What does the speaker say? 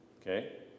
Okay